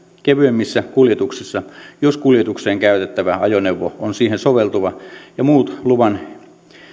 kevyemmissä kuljetuksissa jos kuljetukseen käytettävä ajoneuvo on siihen soveltuva ja muut luvan